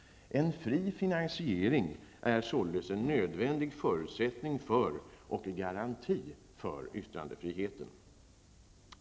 En fri finansiering är således en nödvändig förutsättning och en garanti för yttrandefriheten.